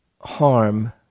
harm